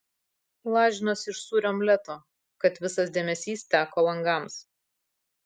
lažinuosi iš sūrio omleto kad visas dėmesys teko langams